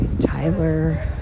Tyler